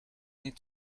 need